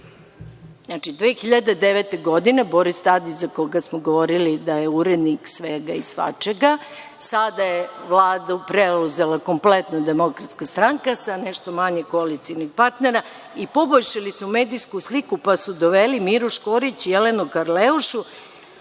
2009. godine, Boris Tadić, za koga smo govorili da je urednik svega i svačega, sada je Vladu preuzela kompletno Demokratska stranka sa nešto manje koalicionih partnera i poboljšali su medijsku sliku, pa su doveli Miru Škorić, Jelenu Karleušu,